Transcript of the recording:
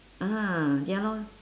ah ya lor